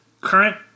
current